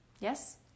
yes